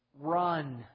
Run